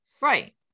Right